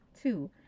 two